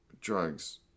drugs